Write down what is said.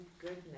goodness